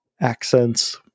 accents